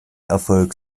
erfolg